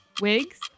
Wigs